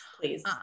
Please